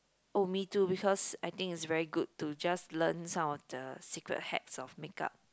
oh me too because I think is very good to just learn some of the secret hacks of makeup